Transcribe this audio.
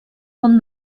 von